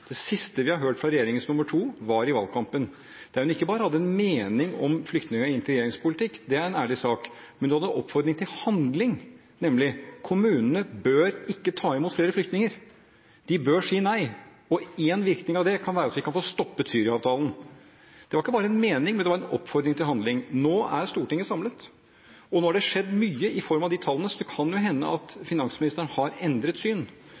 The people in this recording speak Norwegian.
Det siste vi hørte fra regjeringens nr. 2 var i valgkampen, der hun ikke bare hadde en mening om flyktning- og integreringspolitikk – det er en ærlig sak – men hun hadde en oppfordring til handling, nemlig at kommunene ikke bør ta imot flere flyktninger, de bør si nei, og én virkning av det kan være at vi kan få stoppet Syria-avtalen. Det var ikke bare en mening, men det var en oppfordring til handling. Nå er Stortinget samlet, og nå er det skjedd mye med de tallene, så det kan jo hende at finansministeren har endret syn.